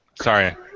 sorry